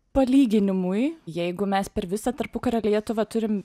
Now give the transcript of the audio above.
palyginimui jeigu mes per visą tarpukario lietuvą turim